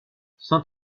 cent